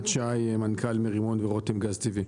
שי, מנכ"ל מרימון ורותם גז טבעי.